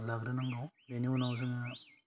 लाग्रोनांगौ बोनि उनाव जोङो